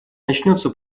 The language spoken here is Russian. начнется